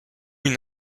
une